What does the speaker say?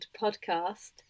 podcast